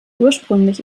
ursprünglich